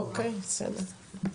אוקי, בסדר.